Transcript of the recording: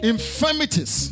Infirmities